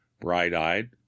bright-eyed